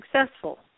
successful